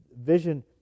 vision